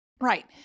Right